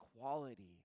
quality